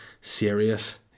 serious